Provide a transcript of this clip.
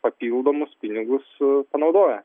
papildomus pinigus panaudoja